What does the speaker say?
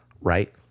right